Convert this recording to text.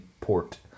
port